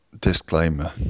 disclaimer